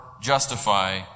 justify